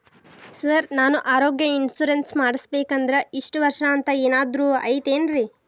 Sir ನಾನು ಆರೋಗ್ಯ insurance ಮಾಡಿಸ್ಬೇಕಂದ್ರೆ ಇಷ್ಟ ವರ್ಷ ಅಂಥ ಏನಾದ್ರು ಐತೇನ್ರೇ?